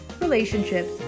relationships